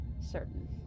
certain